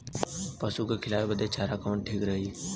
पशु के खिलावे बदे चारा कवन ठीक रही?